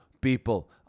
people